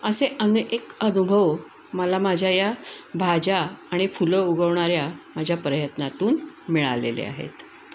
असे अने एक अनुभव मला माझ्या या भाज्या आणि फुलं उगवणाऱ्या माझ्या प्रयत्नातून मिळालेले आहेत